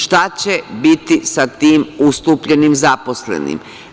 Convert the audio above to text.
Šta će biti sa tim ustupljenim zaposlenim?